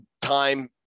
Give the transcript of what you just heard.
time